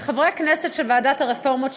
לחברי הכנסת של ועדת הרפורמות,